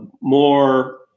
more